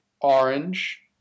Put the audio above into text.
orange